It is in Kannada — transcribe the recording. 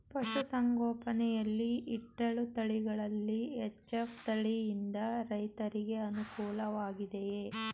ಪಶು ಸಂಗೋಪನೆ ಯಲ್ಲಿ ಇಟ್ಟಳು ತಳಿಗಳಲ್ಲಿ ಎಚ್.ಎಫ್ ತಳಿ ಯಿಂದ ರೈತರಿಗೆ ಅನುಕೂಲ ವಾಗಿದೆಯೇ?